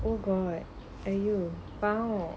oh god and you bow